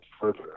further